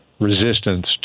resistance